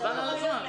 חבל על הזמן.